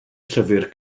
llyfr